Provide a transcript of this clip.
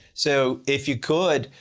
so if you could,